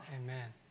Amen